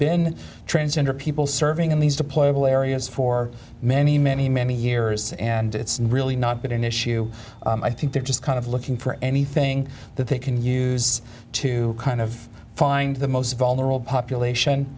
been transgender people serving in these deployable areas for many many many years and it's really not been an issue i think they're just kind of looking for anything that they can use to kind of find the most vulnerable population